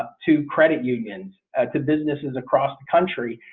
to credit unions ah to businesses across the country.